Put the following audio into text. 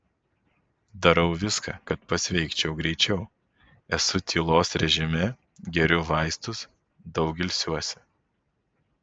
darau viską kad pasveikčiau greičiau esu tylos režime geriu vaistus daug ilsiuosi